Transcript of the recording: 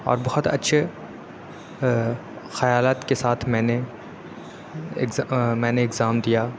اور بہت اچھے خیالات کے ساتھ میں نے ایگزام میں نے ایگزام دیا